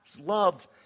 love